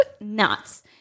nuts